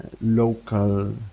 local